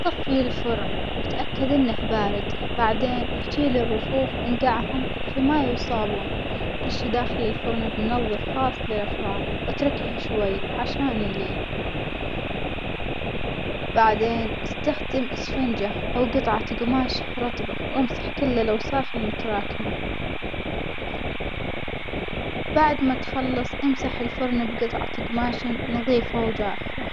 طفي الفرن واتأكد إنه بارد بعدين شيل الرفوف انجعهم في ماية وصابون، رش داخل الفرن منظف خاص للأفران واتركه شوي عشان يلين، بعدين استخدم إسفنجة أو جطة جماش رطبة وامسح كل الأوساخ المتراكمة، بعد ما تخلص امسح الفرن بجطعة جماش نظيفة وجافة.